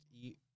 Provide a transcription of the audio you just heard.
eat